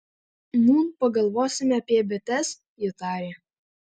nūn pagalvosime apie bites ji tarė